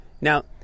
Now